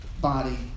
body